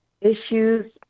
issues